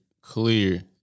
clear